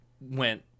went